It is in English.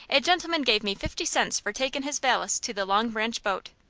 a gentleman gave me fifty cents for takin' his valise to the long branch boat.